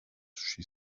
she